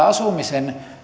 asumisen